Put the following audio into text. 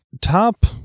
top